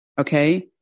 Okay